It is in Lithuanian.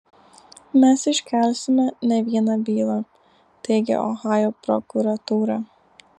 mes iškelsime ne vieną bylą teigia ohajo prokuratūra